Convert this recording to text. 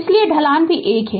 इसलिए ढलान भी 1 है